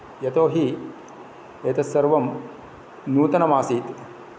यतो हि एतत् सर्वं नूतनम् आसीत्